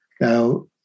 Now